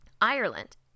Ireland